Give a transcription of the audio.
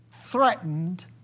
threatened